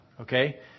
Okay